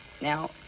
Now